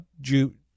June